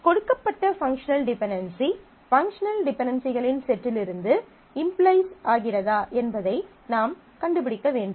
கொடுக்கப்பட்ட functional dependency functional டிபென்டென்சிகளின் செட்டிலிருந்து இம்ப்ளைஸ் ஆகிறதா என்பதை நாம் கண்டுபிடிக்க வேண்டும்